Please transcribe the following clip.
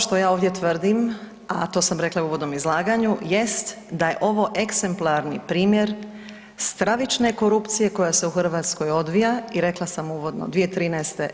Ono što ja ovdje tvrdim, a to sam rekla i u uvodnom izlaganju, jest da je ovo eksemplarni primjer stravične korupcije koja se u Hrvatskoj odvija i rekla sam uvodno 2013.